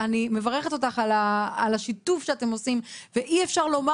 אני מברכת אותך על השיתוף שאתם עושים ואי אפשר לומר